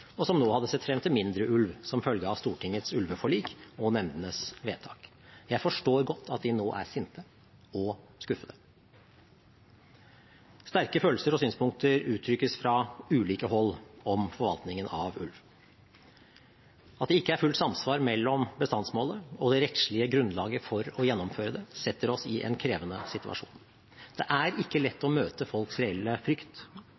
og som nå hadde sett frem til mindre ulv som følge av Stortingets ulveforlik og nemndenes vedtak. Jeg forstår godt at de nå er sinte og skuffet. Sterke følelser og synspunkter uttrykkes fra ulike hold om forvaltningen av ulv. At det ikke er fullt samsvar mellom bestandsmålet og det rettslige grunnlaget for å gjennomføre det, setter oss i en krevende situasjon. Det er ikke lett å møte folks reelle frykt